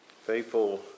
faithful